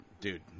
dude